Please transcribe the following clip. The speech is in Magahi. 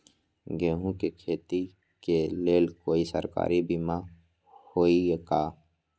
गेंहू के खेती के लेल कोइ सरकारी बीमा होईअ का?